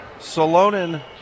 Salonen